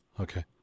Okay